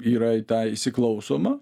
yra į tą įsiklausoma